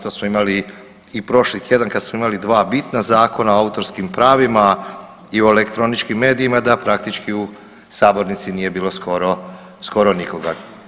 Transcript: To smo imali i prošli tjedan kada smo imali dva bitna zakona o autorskim pravima i o elektroničkim medijima da praktički u sabornici nije bilo skoro nikoga.